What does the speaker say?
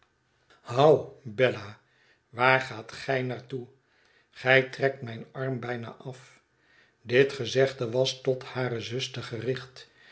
bella waar gaat gij naar toe gij trekt mijn arm bijna af dit gezegde was tot hare zuster gericht